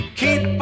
keep